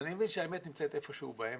אני מבין שהאמת נמצאת איפה שהוא באמצע.